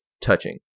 touching